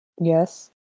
Yes